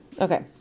Okay